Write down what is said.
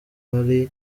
rally